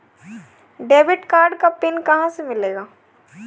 Debit card का pin कहां से मिलेगा?